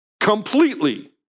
Completely